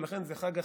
ולכן זה חג החירות,